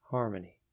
Harmony